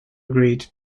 agreed